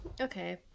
okay